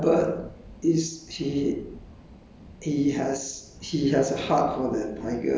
uh at first I think the abbott is